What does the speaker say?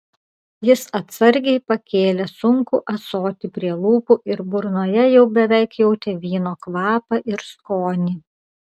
jis atsargiai pakėlė sunkų ąsotį prie lūpų ir burnoje jau beveik jautė vyno kvapą ir skonį